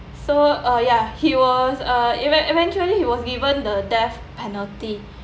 so uh ya he was uh event~ eventually he was given the death penalty